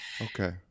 Okay